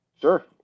Sure